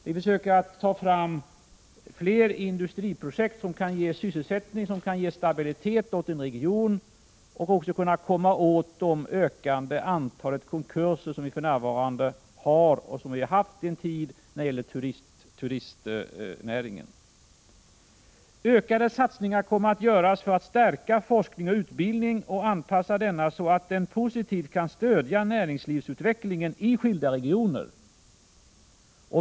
Vi försöker att ta fram fler industriprojekt som kan ge sysselsättning, som kan ge stabilitet åt en region och även komma till rätta med det ökande antalet konkurser som vi för närvarande har och en tid har haft när det gäller turistnäringen. Ökade satsningar kommer att göras för att stärka forskning och utbildning och anpassa denna, så att den positivt kan stödja näringslivsutvecklingen i skilda regioner.